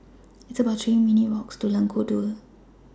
It's about three minutes' Walk to Lengkok Dua